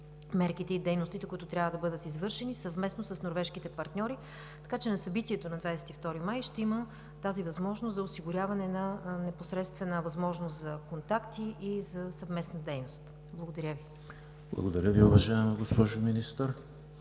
мерките и дейностите, които трябва да бъдат извършени съвместно с норвежките партньори. На събитието на 22 май ще има възможност за осигуряване на непосредствена възможност за контакти и за съвместна дейност. Благодаря Ви. ПРЕДСЕДАТЕЛ ЕМИЛ ХРИСТОВ: Благодаря Ви, уважаема госпожо Министър.